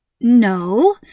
no